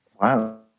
Wow